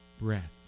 breath